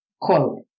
quote